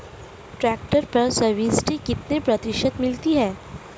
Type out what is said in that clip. Tractor पर subsidy कितने प्रतिशत मिलती है?